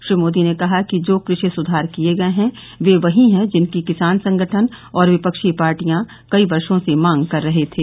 श्री मोदी ने कहा कि जो कृषि सुधार किए गए हैं वे वही हैं जिनकी किसान संगठन और विपक्षी पार्टिया कई वर्षो से मांग कर रहे थे